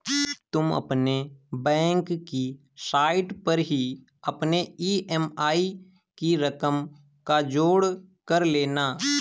तुम अपने बैंक की साइट पर ही अपने ई.एम.आई की रकम का जोड़ कर लेना